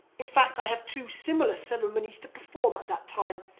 in fact i have two similar ceremonies to perform at that time.